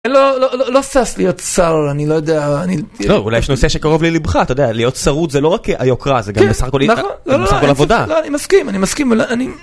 לא, לא סס להיות שר, אני לא יודע, אני... לא, אולי יש נושא שקרוב לליבר, אתה יודע, להיות שרות זה לא רק היוקרה, זה גם בסך הכל איתך, זה בסך כל העבודה. לא, אני מסכים, אני מסכים, אני...